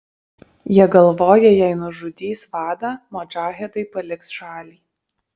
jie galvoja jei nužudys vadą modžahedai paliks šalį